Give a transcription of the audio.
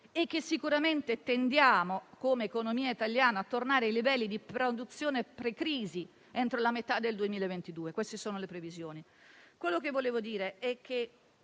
e che sicuramente tendiamo, come economia italiana, a tornare ai livelli di produzione pre-crisi entro la metà del 2022; queste sono le previsioni.